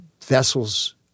vessels